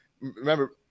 remember